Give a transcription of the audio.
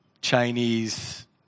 Chinese